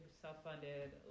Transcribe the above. self-funded